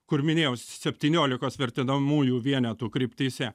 kur minėjau septyniolikos vertinamųjų vienetų kryptyse